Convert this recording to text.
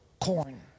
corn